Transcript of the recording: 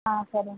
ஆ சரிங்க